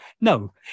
No